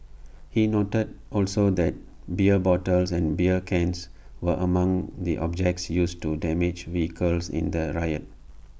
he noted also that beer bottles and beer cans were among the objects used to damage vehicles in the riot